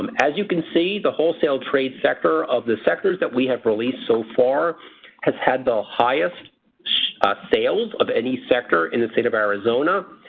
um as you can see the wholesale trade sector of the sectors that we have released so far has had the highest sales of any sector in the state of arizona.